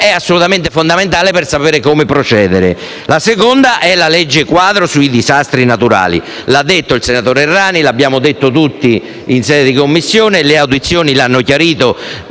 è assolutamente fondamentale per sapere come procedere. La seconda questione è la legge quadro sui disastri naturali. Ne ha parlato il senatore Errani; l'abbiamo detto tutti in sede di Commissione e le audizioni hanno chiarito